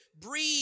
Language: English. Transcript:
breathe